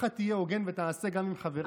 תהיה הוגן ותעשה כך גם עם חבריך בקואליציה.